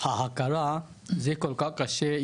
ההכרה זה כל כך קשה.